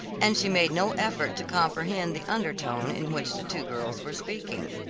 and she made no effort to comprehend the undertone in which the two girls were speaking.